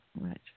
Right